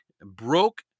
broke